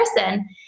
person